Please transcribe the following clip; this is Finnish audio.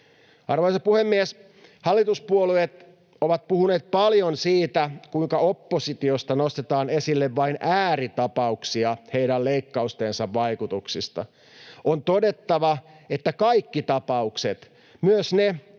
Arvoisa puhemies! Hallituspuolueet ovat puhuneet paljon siitä, kuinka oppositiosta nostetaan esille vain ääritapauksia heidän leikkaustensa vaikutuksista. On todettava, että kaikki tapaukset, myös ne,